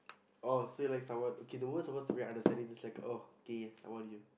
oh so you like someone okay the words supposed to be understanding just like oh okay I want you